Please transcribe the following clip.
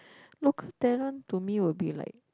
local talent to me would be like